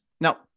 Now